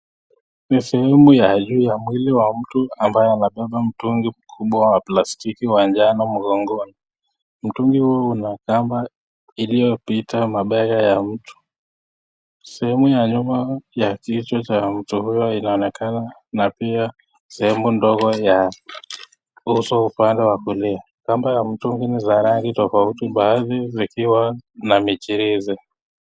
Ni sehemu ya juu ya mwili wa mtu ambaye anabeba mtungi mkubwa wa plastiki uwanjani. Mgongoni mtungi huo unakamba iliyopita mabega ya mtu sehemu ya nyuma ya jicho cha mtu huyo inaonekana na pia sehemu ndogo ya uso upande wa kulia kamba ya mtungi ni za rangi tofauti baadhi zikiwa na michirizi.